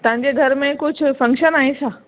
तव्हांजे घर में कुझु फंक्शन आहे छा